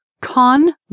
con